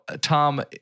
Tom